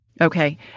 Okay